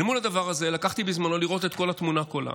אל מול הדבר הזה לקחתי בזמנו לראות את כל התמונה כולה.